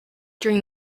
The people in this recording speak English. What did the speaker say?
during